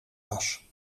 was